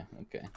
okay